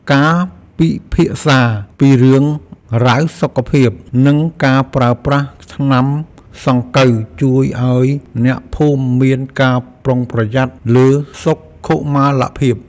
ការពិភាក្សាពីរឿងរ៉ាវសុខភាព និងការប្រើប្រាស់ថ្នាំសង្កូវជួយឱ្យអ្នកភូមិមានការប្រុងប្រយ័ត្នលើសុខុមាលភាព។